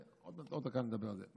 עוד דקה נדבר על זה,